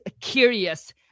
curious